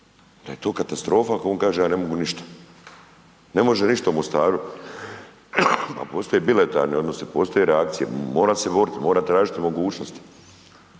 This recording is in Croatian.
da je to katastrofa ako on kaže ja ne mogu ništa, ne može ništa u Mostaru a postoje bilateralni odnosi, postoje reakcije, mora se odgovoriti, mora tražiti mogućnosti